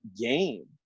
game